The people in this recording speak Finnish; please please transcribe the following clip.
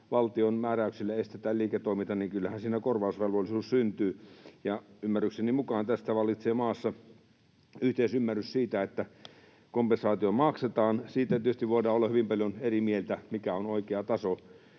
valtion määräyksillä estetään liiketoiminta, niin kyllähän siinä korvausvelvollisuus syntyy, ja ymmärrykseni mukaan maassa vallitsee yhteisymmärrys siitä, että kompensaatio maksetaan. Siitä tietysti voidaan olla hyvin paljon eri mieltä, mikä on oikea taso,